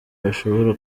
bashobora